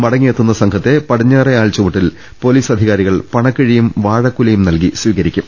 മടങ്ങി യെത്തുന്ന സംഘത്തെ പടിഞ്ഞാറെ ആൽച്ചുവട്ടിൽ പൊലീസ് അധി കാരികൾ പണക്കിഴിയും വാഴക്കൂലയും നൽകി സ്വീകരിക്കും